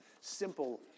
simple